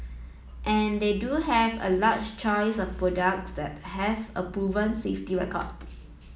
and they do have a large choice of products that have a proven safety record